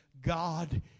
God